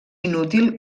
inútil